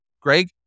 Greg